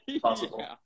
possible